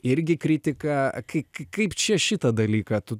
irgi kritika kaip čia šitą dalyką tu